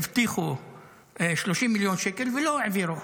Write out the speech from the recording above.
הבטיח 30 מיליון שקל ולא העבירו.